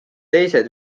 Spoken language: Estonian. teised